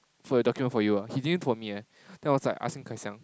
for your document for you ah he didn't for me eh then I was like asking Kai Xiang